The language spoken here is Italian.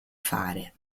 fare